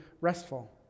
restful